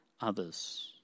others